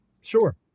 Sure